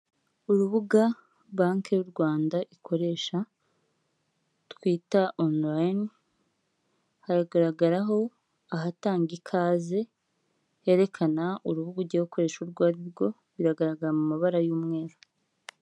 Urubuga banki y'u Rwanda ikoresha twita onorayini, hagaragaraho ahatanga ikaze herekana urubuga ugiye gukoresha urwo ari rwo, biragaragara mu mabara y'umweru.